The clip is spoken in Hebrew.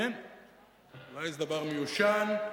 אולי זה דבר מיושן,